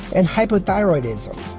and hypothyroidism.